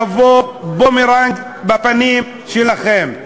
יבוא כבומרנג בפנים שלכם.